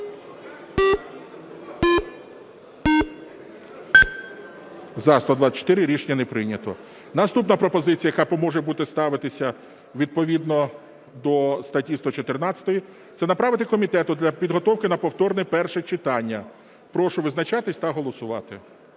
За-124 Рішення не прийнято. Наступна пропозиція, яка може бути ставитися відповідно до статті 114, це направити комітету для підготовки на повторне перше читання. Прошу визначатись та голосувати